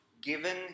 given